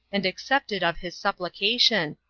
and accepted of his supplication,